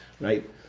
right